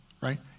right